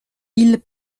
ils